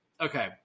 Okay